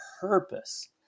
purpose